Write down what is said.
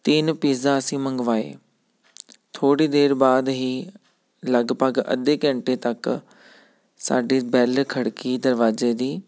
ਤੀਨ ਪੀਜ਼ਾ ਅਸੀਂ ਮੰਗਵਾਏ ਥੋੜ੍ਹੀ ਦੇਰ ਬਾਅਦ ਹੀ ਲਗਭਗ ਅੱਧੇ ਘੰਟੇ ਤੱਕ ਸਾਡੀ ਬੈੱਲ ਖੜਕੀ ਦਰਵਾਜ਼ੇ ਦੀ